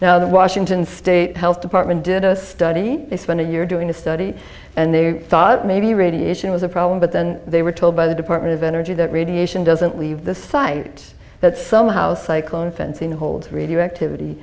now the washington state health department did a study they spent a year doing a study and they thought maybe radiation was a problem but then they were told by the department of energy that radiation doesn't leave the site that somehow cyclon fencing holds radioactivity